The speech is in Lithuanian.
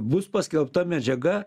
bus paskelbta medžiaga